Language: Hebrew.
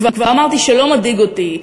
כבר אמרתי שלא מדאיג אותי,